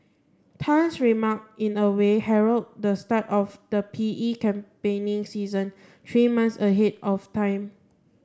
tan's remark in a way herald the start of the P E campaigning season three months ahead of time